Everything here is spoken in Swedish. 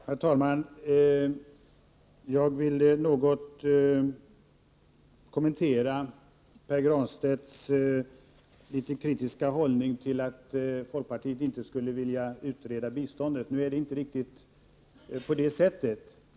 Herr talman! Jag vill något kommentera Pär Granstedts litet kritiska hållning till att folkpartiet inte skulle vilja utreda biståndet. Det är inte riktigt så.